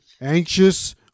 anxious